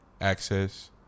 access